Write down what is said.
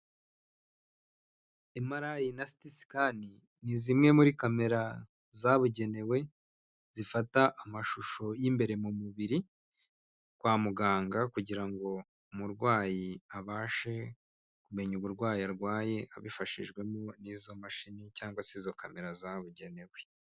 Emarayi na Sitisikani ni zimwe muri kamera zabugenewe zifata amashusho y'imbere mu mubiri kwa muganga kugira ngo umurwayi abashe kumenya uburwayi arwaye abifashijwemo nizo mashini cyangwa se izo kamera zabugenewe.